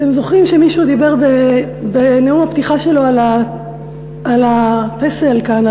אתם זוכרים שמישהו דיבר בנאום הפתיחה שלו על הפסל כאן,